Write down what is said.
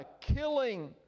killing